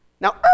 Now